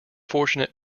fortunate